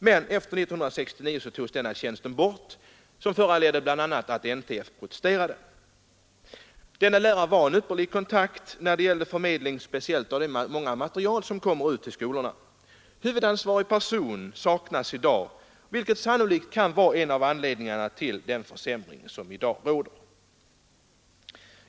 Men efter 1969 togs denna tjänst bort, och det föranledde bl.a. NTF att protestera. Denna lärare var en ypperlig kontakt när det gällde förmedling av speciellt den mängd material som kommer ut till skolorna. Huvudansvarig person saknas i dag, vilket sannolikt kan vara en av anledningarna till den försämring som inträtt.